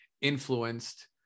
influenced